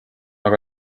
aga